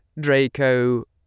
Draco